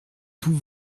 tout